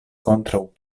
kontraŭ